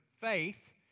faith